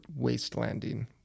wastelanding